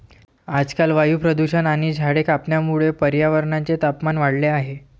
आजकाल वायू प्रदूषण आणि झाडे कापण्यामुळे पर्यावरणाचे तापमान वाढले आहे